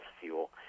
fuel